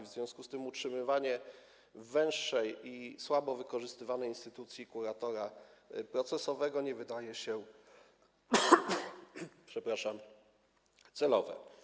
W związku z tym utrzymywanie węższej i słabo wykorzystywanej instytucji kuratora procesowego nie wydaje się celowe.